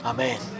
Amen